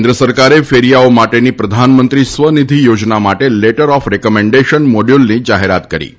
કેન્દ્ર સરકારે ફેરીયાઓ માટેની પ્રધાનમંત્રી સ્વ નિધિ યોજના માટે લેટર ઓફ રકમેન્ડેશન મોડયુલની જાહેરાત કરી છે